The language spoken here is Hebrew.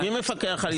מי מפקח על איו"ש.